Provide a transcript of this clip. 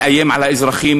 מאיים על האזרחים,